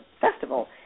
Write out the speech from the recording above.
festival